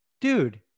dude